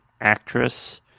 Actress